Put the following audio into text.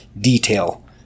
detail